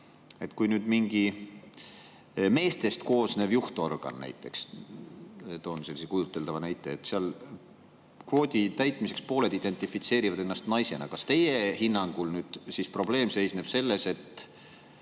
Kui nüüd on mingi meestest koosnev juhtorgan – toon sellise kujuteldava näite – ja kvoodi täitmiseks pooled identifitseerivad ennast naisena, siis kas teie hinnangul probleem seisneb selles, et